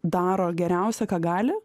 daro geriausia ką gali